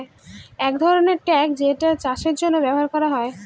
এক ধরনের ট্রাক যেটা চাষের জন্য ব্যবহার করা হয়